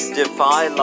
defy